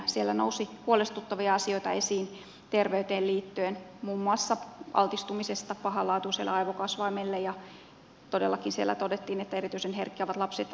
siellä nousi huolestuttavia asioita esiin terveyteen liittyen muun muassa altistumisesta pahanlaatuiselle aivokasvaimelle ja todellakin siellä todettiin että erityisen herkkiä ovat lapsen ja nuoret